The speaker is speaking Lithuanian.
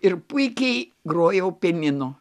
ir puikiai grojau pianinu